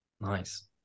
Nice